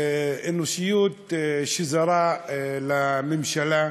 אנושיות שזרה לממשלה.